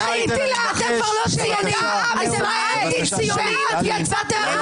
ראיתי, שיידע עם ישראל שאת יצאת.